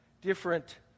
different